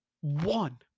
One